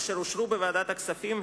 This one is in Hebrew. אשר אושרו בוועדת הכספים,